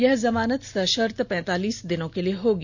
यह जमानत सशर्त पैंतालीस दिनों के लिए होगी